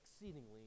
exceedingly